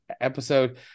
episode